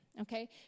okay